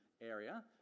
area